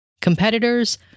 Competitors